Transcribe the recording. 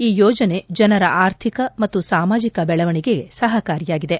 ಈ ಯೋಜನೆ ಜನರ ಆರ್ಥಿಕ ಮತ್ತು ಸಾಮಾಜಿಕ ಬೆಳವಣಿಗೆಗೆ ಸಹಕಾರಿಯಾಗಿದೆ